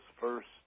first